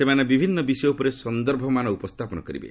ସେମାନେ ବିଭିନ୍ନ ବିଷୟ ଉପରେ ସନ୍ଦର୍ଭମାନ ଉପସ୍ଥାପନ କରିବେ